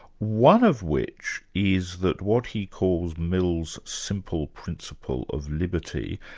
one of which is that what he calls mill's simple principle of liberty,